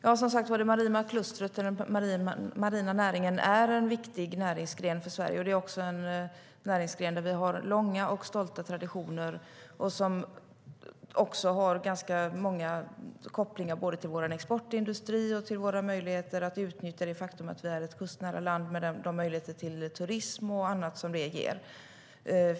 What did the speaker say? Fru talman! Det maritima klustret och den marina näringen är en viktig näringsgren för Sverige. Det är också en näringsgren där vi har långa och stolta traditioner. Den har ganska många kopplingar både till vår exportindustri och till våra möjligheter att utnyttja det faktum att vi är ett kustnära land med de möjligheter till turism, fiske och annat som det ger.